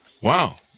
Wow